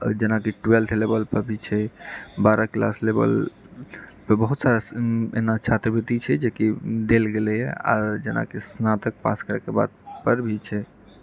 जेनाकि twelfth level पर भी छै बारह क्लास लेवल पर बहुत सारा एना छात्रवृत्ति छै जेकि देल गेलैए आर जेनाकि स्नातक पास करैके बाद पर भी छै